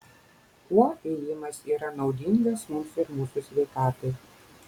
kuo ėjimas yra naudingas mums ir mūsų sveikatai